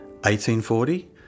1840